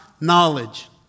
knowledge